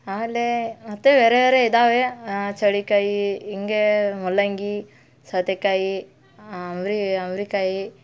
ಆಮೇಲೆ ಮತ್ತೆ ಬೇರೆ ಬೇರೆ ಇದ್ದಾವೆ ಚೌಳಿಕಾಯಿ ಹಿಂಗೇ ಮೂಲಂಗಿ ಸೌತೆಕಾಯಿ ಅವ್ರೆ ಅವ್ರೆಕಾಯಿ